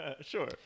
Sure